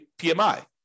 PMI